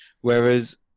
Whereas